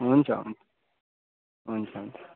हुन्छ हुन्छ हुन्छ हुन्छ